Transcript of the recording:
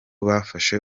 bafashe